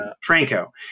Franco